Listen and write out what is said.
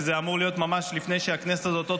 שזה אמור להיות ממש לפני שהכנסת הזאת עוד